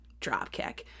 dropkick